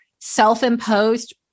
self-imposed